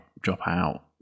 drop-out